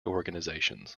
organizations